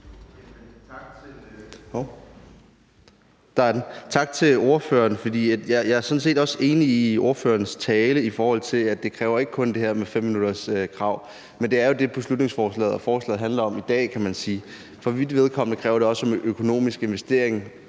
Tak til ordføreren. Jeg er sådan set også enig i det, der siges i ordførerens tale, i forhold til at det ikke kun handler om det her krav på 5 minutter, men det er jo det, beslutningsforslaget handler om i dag, kan man sige. For mit vedkommende kræver det også nogle økonomiske investeringer.